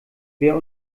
wer